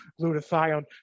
glutathione